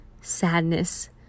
sadness